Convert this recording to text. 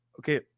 Okay